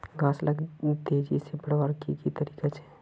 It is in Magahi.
घास लाक तेजी से बढ़वार की की तरीका छे?